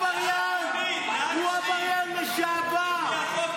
טלי, הוא עבריין, הוא עבריין לשעבר.